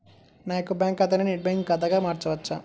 నా యొక్క బ్యాంకు ఖాతాని నెట్ బ్యాంకింగ్ ఖాతాగా మార్చవచ్చా?